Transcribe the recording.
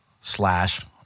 slash